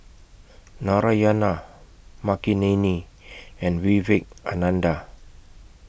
Narayana Makineni and Vivekananda